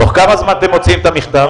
תוך כמה זמן אתם מוציאים את המכתב?